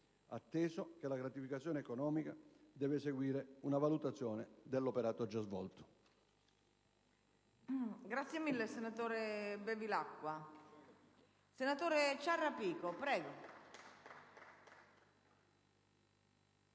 atteso che la gratificazione economica deve seguire una valutazione dell'operato già svolto.